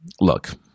look